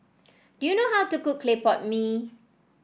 do you know how to cook Clay Pot Mee